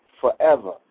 forever